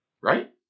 right